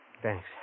Thanks